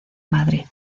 madrid